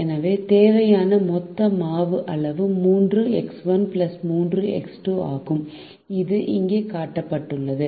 எனவே தேவையான மொத்த மாவு அளவு 3 X1 3 X2 ஆகும் இது இங்கே காட்டப்பட்டுள்ளது